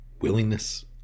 willingness